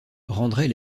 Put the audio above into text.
rendrait